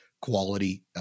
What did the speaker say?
quality